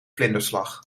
vlinderslag